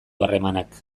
harremanak